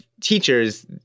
teachers